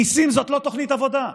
ניסים זאת לא תוכנית עבודה,